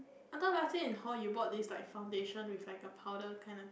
I thought last year in hall you bought this like foundation with like a powder kind of